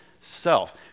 self